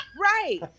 Right